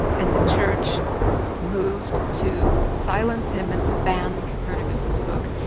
and the church moved to silence him and to ban copernicus's book.